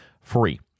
free